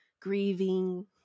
grieving